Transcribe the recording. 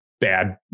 Bad